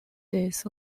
this